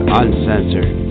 uncensored